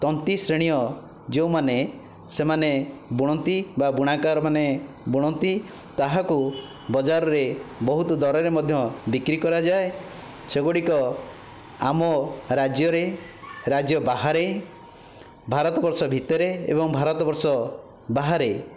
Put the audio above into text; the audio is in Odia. ତନ୍ତୀ ଶ୍ରେଣୀୟ ଯେଉଁମାନେ ସେମାନେ ବୁଣନ୍ତି ବା ବୁଣାକାରମାନେ ବୁଣନ୍ତି ତାହାକୁ ବଜାରରେ ବହୁତ ଦରରେ ମଧ୍ୟ ବିକ୍ରି କରାଯାଏ ସେଗୁଡ଼ିକ ଆମ ରାଜ୍ୟରେ ରାଜ୍ୟ ବାହାରେ ଭାରତବର୍ଷ ଭିତରେ ଏବଂ ଭାରତ ବର୍ଷ ବାହାରେ